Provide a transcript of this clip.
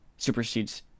supersedes